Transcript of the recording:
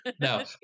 no